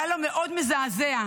היה לו מאוד מזעזע.